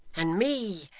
and me,